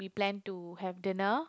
we plan to have dinner